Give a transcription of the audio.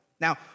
Now